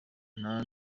nta